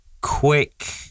quick